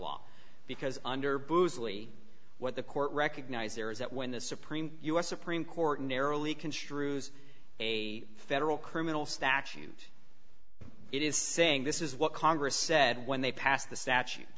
law because under bruce lee what the court recognized there is that when the supreme u s supreme court narrowly construes a federal criminal statute it is saying this is what congress said when they passed the statute